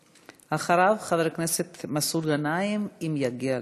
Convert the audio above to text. אחריו, חבר הכנסת מסעוד גנאים, אם יגיע לאולם.